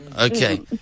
Okay